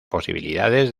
posibilidades